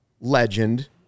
legend